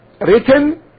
written